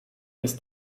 ist